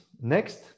next